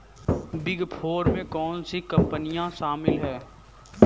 Big four में कौन सी कंपनियाँ शामिल हैं?